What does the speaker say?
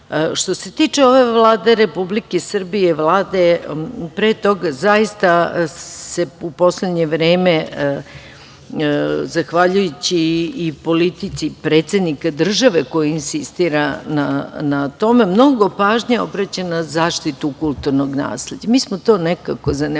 se tiče ove Vlade Republike Srbije, Vlade pre toga, zaista se u poslednje vreme zahvaljujući i politici predsednika države, koji insistira na tome, mnogo pažnje obraća se zna zaštitu kulturnog nasleđa. Mi smo to nekako zanemarili